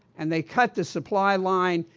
and they cut the supply line,